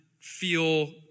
feel